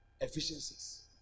efficiencies